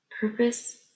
purpose